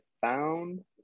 found